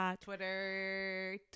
twitter